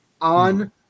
on